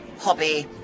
hobby